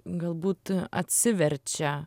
galbūt atsiverčia